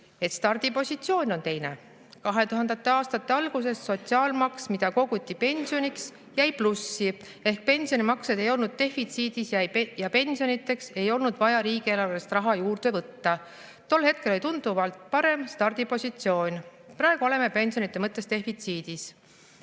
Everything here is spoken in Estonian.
stardipositsioon on teine. 2000. aastate alguses sotsiaalmaks, mida koguti pensioniks, jäi plussi ehk pensionimaksed ei olnud defitsiidis ja pensionideks ei olnud vaja riigieelarvest raha juurde võtta. Tol hetkel oli tunduvalt parem stardipositsioon. Praegu oleme pensionide mõttes defitsiidis.